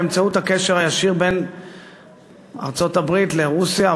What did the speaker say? באמצעות הקשר הישיר בין ארצות-הברית לרוסיה,